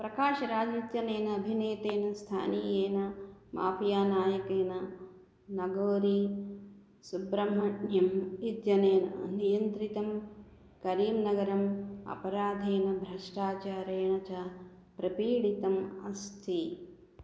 प्रकाशराज् इत्यनेन अभिनेतेन स्थानीयेन मापियानायकेन नगोरी सुब्रह्मण्यम् इत्यनेन नियन्त्रितं करीम्नगरम् अपराधेन भ्रष्टाचारेण च प्रपीडितम् अस्ति